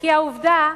כי העובדה,